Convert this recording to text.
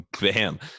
Bam